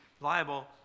liable